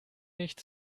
nicht